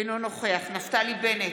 אינו נוכח נפתלי בנט,